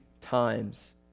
times